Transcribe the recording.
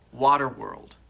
Waterworld